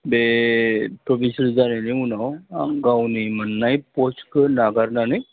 बे प्रभिन्सियेल जानायनि उनाव आं गावनि मोननाय पस्टखौ नागारनानै